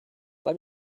let